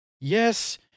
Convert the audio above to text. Yes